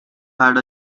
had